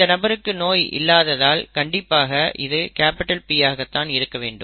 இந்த நபருக்கு நோய் இல்லாததால் கண்டிப்பாக இது P ஆக தான் இருக்க வேண்டும்